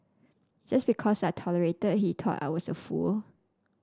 just because I tolerated he thought I was a fool